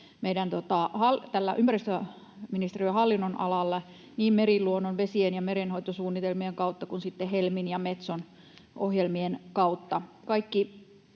ympäristöministeriön hallinnonalalla niin meriluonnon, vesien ja merenhoitosuunnitelmien kautta kuin Helmi- ja Metso-ohjelmien kautta.